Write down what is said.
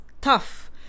tough